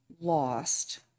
lost